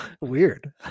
weird